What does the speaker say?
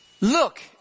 Look